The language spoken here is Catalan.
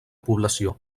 població